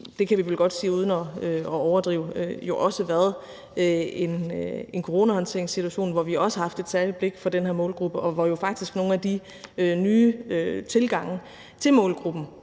det kan vi vel godt sige uden at overdrive – jo også været en coronahåndteringssituation, hvor vi også har haft et særligt blik for den her målgruppe, og hvor nogle af de nye tilgange til målgruppen,